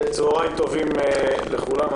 צוהריים טובים לכולם.